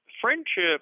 Friendship